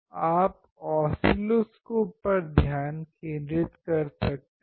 आप ऑसिलोस्कोप पर ध्यान केंद्रित कर सकते हैं